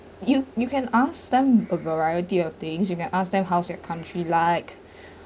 you you can ask them a variety of things you can ask them how's their country like